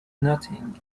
nothing